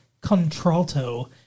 contralto